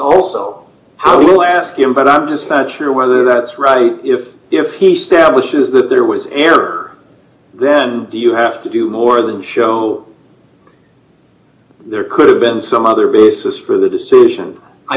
also how you ask him but i'm just not sure whether that's right if if he step which is that there was an error then you have to do more than show there could have been some other basis for the decision i